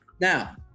Now